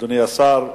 אדוני השר,